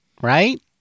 Right